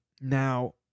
now